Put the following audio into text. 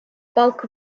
bulk